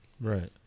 Right